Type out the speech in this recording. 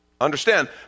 understand